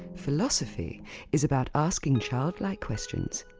philosophy is about asking child-like questions,